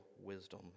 wisdom